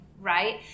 right